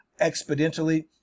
exponentially